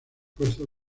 fuerzas